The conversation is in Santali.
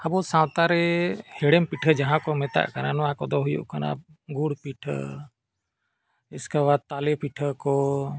ᱟᱵᱚ ᱥᱟᱶᱛᱟ ᱨᱮ ᱦᱮᱲᱮᱢ ᱯᱤᱴᱷᱟᱹ ᱡᱟᱦᱟᱸ ᱠᱚ ᱢᱮᱛᱟᱜ ᱠᱟᱱᱟ ᱱᱚᱣᱟ ᱠᱚᱫᱚ ᱦᱩᱭᱩᱜ ᱠᱟᱱᱟ ᱜᱩᱲ ᱯᱤᱴᱷᱟᱹ ᱤᱥᱠᱮᱵᱟᱫ ᱛᱟᱞᱮ ᱯᱤᱴᱷᱟᱹ ᱠᱚ